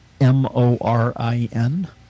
m-o-r-i-n